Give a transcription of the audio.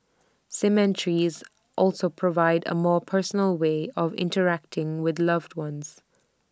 cemeteries also provide A more personal way of interacting with loved ones